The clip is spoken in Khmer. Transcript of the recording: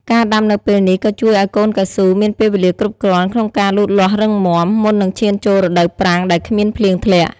ការដាំនៅពេលនេះក៏ជួយឱ្យកូនកៅស៊ូមានពេលវេលាគ្រប់គ្រាន់ក្នុងការលូតលាស់រឹងមាំ មុននឹងឈានចូលរដូវប្រាំងដែលគ្មានភ្លៀងធ្លាក់។